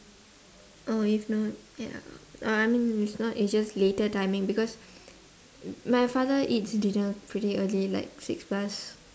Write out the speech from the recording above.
oh if not yeah uh I mean it's not asia's later timing because my father eats dinner pretty early like six plus